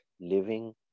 living